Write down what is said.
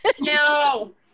no